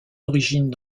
origine